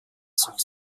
sich